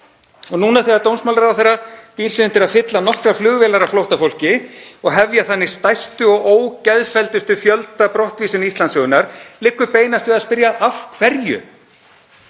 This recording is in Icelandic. Núna þegar dómsmálaráðherra býr sig undir að fylla nokkrar flugvélar af flóttafólki og hefja þannig stærstu og ógeðfelldustu fjöldabrottvísun Íslandssögunnar liggur beinast við að spyrja af hverju.